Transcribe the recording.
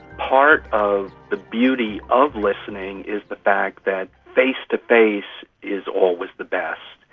part of the beauty of listening is the fact that face-to-face is always the best,